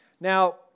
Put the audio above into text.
Now